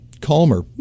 calmer